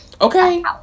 Okay